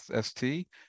ST